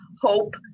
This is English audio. hope